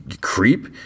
creep